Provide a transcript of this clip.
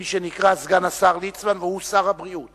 מי שנקרא סגן השר ליצמן והוא שר הבריאות